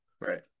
Right